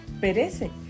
perece